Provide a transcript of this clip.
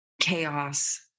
chaos